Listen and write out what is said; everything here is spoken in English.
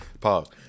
Pause